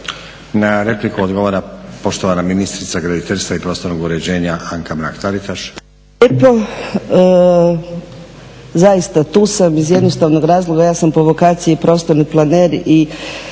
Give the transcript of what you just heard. Na repliku odgovara poštovana ministrica graditeljstva i prostornog uređenja Anka Mrak TAritaš. **Mrak-Taritaš, Anka (HNS)** Hvala lijepo. Zaista tu sam iz jednostavnog razloga, ja sam po vokaciji prostorni planer i